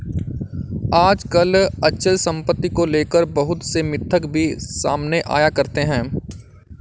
आजकल अचल सम्पत्ति को लेकर बहुत से मिथक भी सामने आया करते हैं